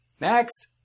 Next